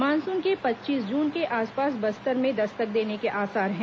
monsoon के पच्चीस जून के आसपास बस्तर में दस्तक देने के आसार हैं